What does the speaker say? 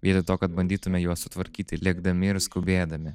vietoj to kad bandytume juos sutvarkyti lėkdami ir skubėdami